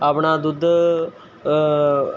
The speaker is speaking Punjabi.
ਆਪਣਾ ਦੁੱਧ